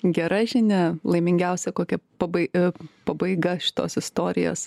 gera žinia laimingiausia kokia pabai pabaiga šitos istorijos